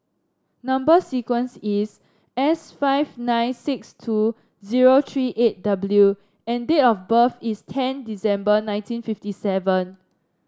number sequence is S five nine six two zero tree eight W and date of birth is ten December nineteen fifty seven